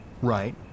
Right